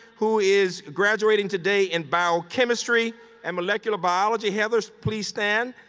who is graduating today in biochemistry and molecular biology. heather, please stand.